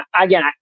again